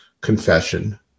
confession